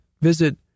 visit